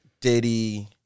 Diddy